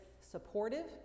supportive